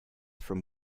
from